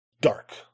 dark